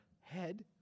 head